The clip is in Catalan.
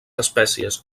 espècies